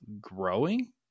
growing